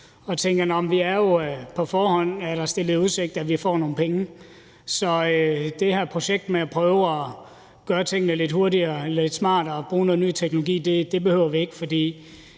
vi er jo på forhånd stillet i udsigt, at vi får nogle penge, så det her projekt med at prøve at gøre tingene lidt hurtigere og lidt smartere, bruge noget ny teknologi, behøver vi ikke,